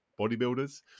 bodybuilders